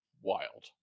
Wild